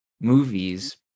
movies